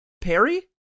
Perry